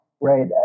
right